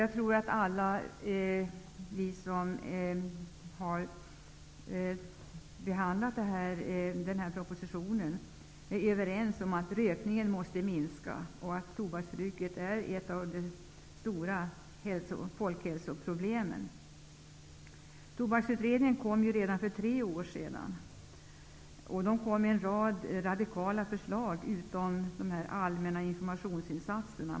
Jag tror att alla vi som varit med vid behandlingen av den här propositionen är överens om att rökningen måste minska och om att tobaksbruket är ett av de stora folkhälsoproblemen. Tobaksutredningen var klar redan för tre år sedan. En rad radikala förslag lades fram, vid sidan av de allmänna informationsinsatserna.